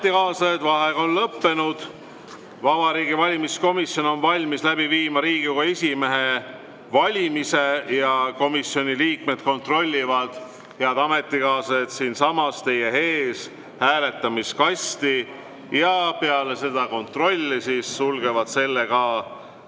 ametikaaslased, vaheaeg on lõppenud. Vabariigi Valimiskomisjon on valmis läbi viima Riigikogu esimehe valimise. Komisjoni liikmed kontrollivad, head ametikaaslased, siinsamas teie ees hääletamiskasti ja peale kontrolli sulgevad selle turvaplommiga.